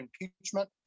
impeachment